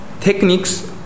Techniques